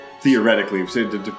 Theoretically